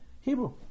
Hebrew